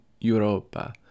Europa